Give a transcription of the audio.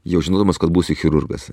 jau žinodamas kad būsiu chirurgas